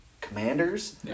Commanders